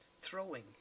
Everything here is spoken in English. throwing